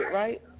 right